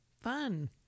Fun